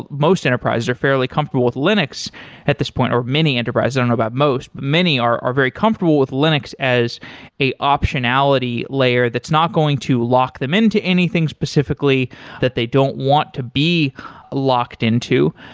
most enterprises are fairly comfortable with linux at this point or many enterprises. i don't know about most. but many are are very comfortable with linux as a ah personality layer that's not going to lock them into anything specifically that they don't want to be locked into.